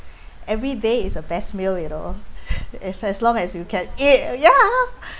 every day is a best meal you know if as long as you can eat ya